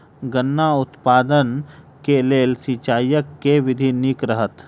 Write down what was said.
गन्ना उत्पादन केँ लेल सिंचाईक केँ विधि नीक रहत?